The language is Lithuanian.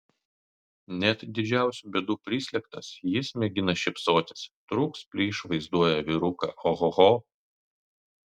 net didžiausių bėdų prislėgtas jis mėgina šypsotis trūks plyš vaizduoja vyruką ohoho